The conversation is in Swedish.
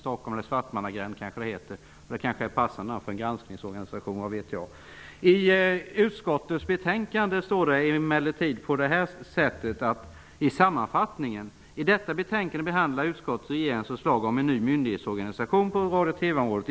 Det kanske är en passande adress för en granskningsorganisation -- vad vet jag? I sammanfattningen av utskottets betänkande står det följande: ''I detta betänkande behandlar utskottet regeringens förslag om en ny myndighetsorganisation på radio och TV området.